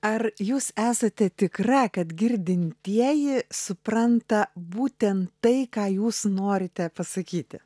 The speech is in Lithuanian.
ar jūs esate tikra kad girdintieji supranta būtent tai ką jūs norite pasakyti